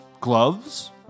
gloves